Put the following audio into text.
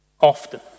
often